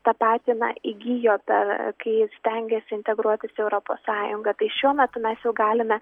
ta patį na įgijo per kai stengėsi integruotis į europos sąjungą tai šiuo metu mes jau galime